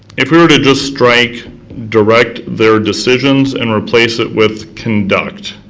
if we were to just strike direct their decisions, and replace it with conduct.